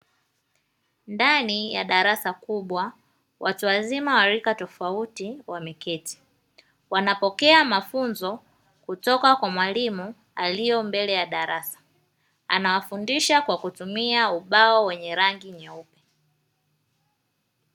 Ndani ya darasa kubwa watu wazima wa rika tofauti wameketi, wanapokea mafunzo kutoka kwa mwalimu aliye mbele ya darasa. Anawafundisha kwa kutumia ubao wenye rangi nyeupe.